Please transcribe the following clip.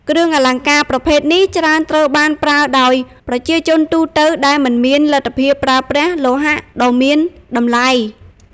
គ្រឿងអលង្ការប្រភេទនេះច្រើនត្រូវបានប្រើប្រាស់ដោយ ប្រជាជនទូទៅ ដែលមិនមានលទ្ធភាពប្រើប្រាស់លោហៈដ៏មានតម្លៃ។